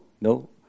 No